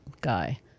guy